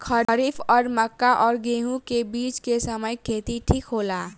खरीफ और मक्का और गेंहू के बीच के समय खेती ठीक होला?